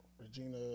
Regina